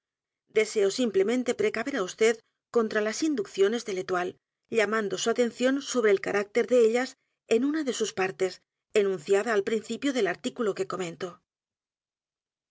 n t r a í a s inducciones de uétoüe llamando s u atención sobre el carácter de ellas en una de sus partes enunciada al principio del artículo que comento